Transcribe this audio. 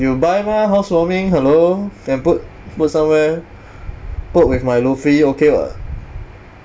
you buy mah housewarming hello then put put somewhere put with my luffy okay [what]